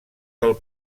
del